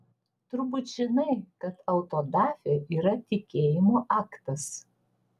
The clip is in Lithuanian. turbūt žinai kad autodafė yra tikėjimo aktas